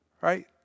right